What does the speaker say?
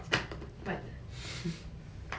but